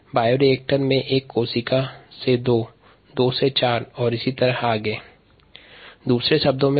bioreactor में एक कोशिका से दो दो से चार और इसी क्रम में आगे कोशिका की संख्या में वृद्धि कोशिका गुणन कहलाती है